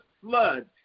flood